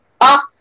off